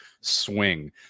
swing